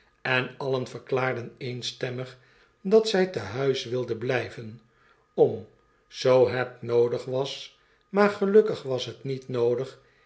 en alien verklaarden eenstemmig dat zy tehuiswilden blyven om zoo hetnoodig was maar gelukkig was het niet noodig